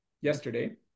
yesterday